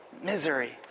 misery